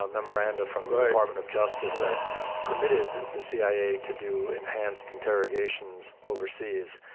ah memoranda from the apartment of justice that permitted the cia to do enhanced interrogations overseas,